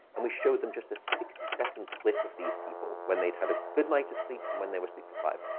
and we showed them just a sixty second clip of these people when they'd have a good night of sleep and when they were sleep-deprived.